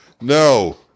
no